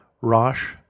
Rosh